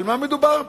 על מה מדובר פה?